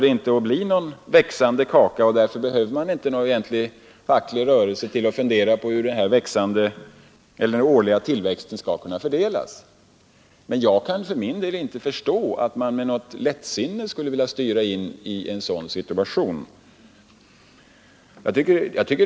I en interpellationsdebatt den 29 november tog herr Palme själv upp denna fråga, men han drog då den slutsatsen att politiska åtgärder det enda sättet att skydda sig mot byråkrati är att öka antalet byråkrater. Men så lätt tror jag inte att man kan ta på saken.